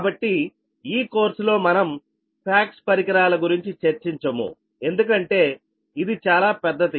కాబట్టి ఈ కోర్సులో మనం ఫాక్ట్స్ పరికరాల గురించి చర్చించము ఎందుకంటే ఇది చాలా పెద్దది